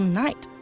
night